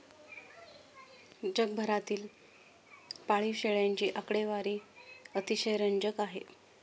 जगभरातील पाळीव शेळ्यांची आकडेवारी अतिशय रंजक आहे